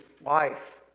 life